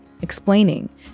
explaining